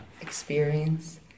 experience